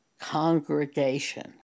congregation